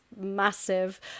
massive